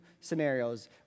scenarios